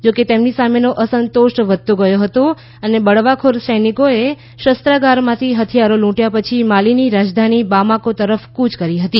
જો કે તેમની સામેનો અસંતોષ વધતો ગયો હતો અને બળવાખોર સૈનિકોએ શસ્ત્રાગારમાંથી હથિયારો લુંટયા પછી માલીની રાજધાની બામાકો તરફ કુચ કરી હતી